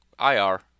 IR